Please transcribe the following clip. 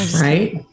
Right